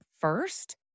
first